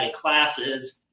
classes